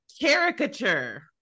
caricature